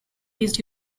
his